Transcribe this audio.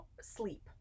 sleep